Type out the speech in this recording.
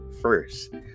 first